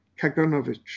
Kaganovich